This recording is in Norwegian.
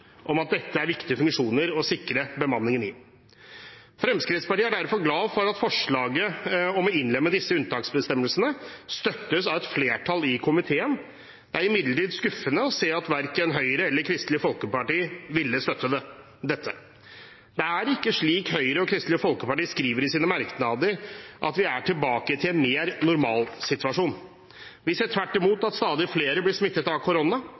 om at dette er viktige funksjoner å sikre bemanningen i. Fremskrittspartiet er derfor glad for at forslaget om å innlemme disse unntaksbestemmelsene støttes av et flertall i komiteen. Det er imidlertid skuffende å se at verken Høyre eller Kristelig Folkeparti vil støtte dette. Det er ikke slik Høyre og Kristelig Folkeparti skriver i sine merknader, at vi er tilbake til en mer normal situasjon. Vi ser tvert imot at stadig flere blir smittet av korona.